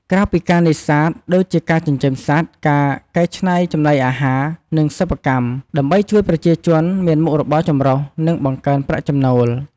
ក្រៅពីការនេសាទ ដូចជាការចិញ្ចឹមសត្វ ការកែច្នៃចំណីអាហារ និងសិប្បកម្ម ដើម្បីជួយប្រជាជនមានមុខរបរចម្រុះ និងបង្កើនប្រាក់ចំណូល។